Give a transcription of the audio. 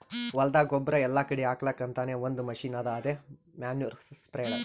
ಹೊಲ್ದಾಗ ಗೊಬ್ಬುರ್ ಎಲ್ಲಾ ಕಡಿ ಹಾಕಲಕ್ಕ್ ಅಂತಾನೆ ಒಂದ್ ಮಷಿನ್ ಅದಾ ಅದೇ ಮ್ಯಾನ್ಯೂರ್ ಸ್ಪ್ರೆಡರ್